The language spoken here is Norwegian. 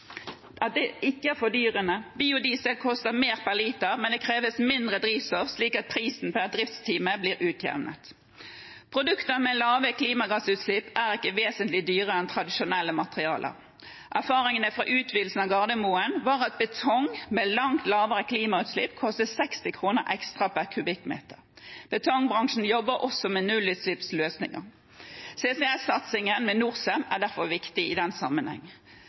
Biodiesel koster mer per liter, men det kreves mindre drivstoff, slik at prisen per driftstime blir utjevnet. Produkter med lave klimagassutslipp er ikke vesentlig dyrere enn tradisjonelle materialer. Erfaringen fra utvidelsen på Gardermoen var at betong med langt lavere klimagassutslipp kostet 60 kr ekstra per kubikkmeter. Betongbransjen jobber også med nullutslippsløsninger, CCS-satsingen med Norcem er derfor viktig i den sammenheng.